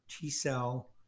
T-cell